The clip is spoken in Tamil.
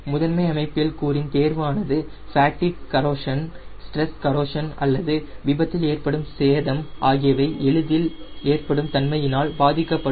முதன்மை அமைப்பியல் கூறின் தேர்வு ஆனது ஃபேட்டிக் கரோஷன் ஸ்ட்ரெஸ் கரோஷன் அல்லது விபத்தில் ஏற்படும் சேதம் ஆகியவை எளிதில் ஏற்படும் தன்மையினால் பாதிக்கப்படும்